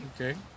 Okay